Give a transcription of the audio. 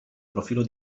profilo